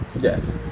Yes